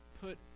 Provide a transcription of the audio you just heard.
put